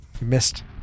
Missed